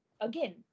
again